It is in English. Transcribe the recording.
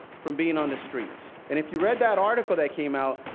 from being on the streets. and if you read that article that came out,